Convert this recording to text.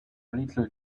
little